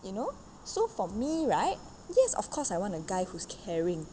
you know so for me right yes of course I want a guy who's caring